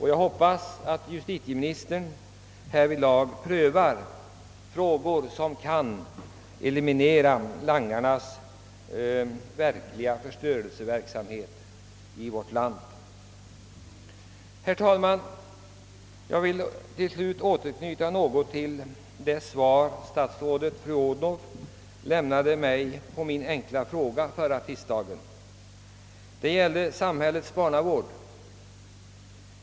Jag hoppas att justitieministern prövar frågan och vidtager åtgärder som kan leda till att langarnas förstörelseverksamhet i vårt land stoppas. Herr talman! Jag vill slutligen något återknyta till det svar som statsrådet fru Odhnoff förra tisdagen lämnade mig på en enkel fråga som jag ställt rörande samhällets barnavård.